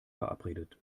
verabredet